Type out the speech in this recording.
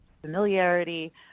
familiarity